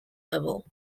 level